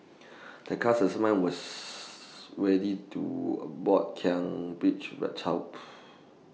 The class assignment was ready to about Kian Page